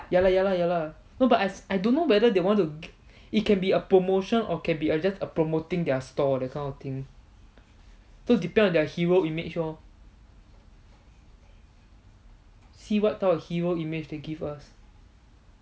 ya lah ya lah ya lah no but I I don't know whether they want to give it can be a promotion or can be err just err promoting their store that sort of thing so depends on their hero image lor see what type of hero image they give us